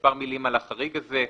מספר מילים על החריג הזה.